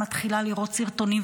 מתחילה לראות סרטונים,